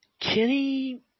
Kenny